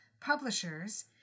publishers